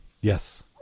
Yes